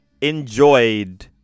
enjoyed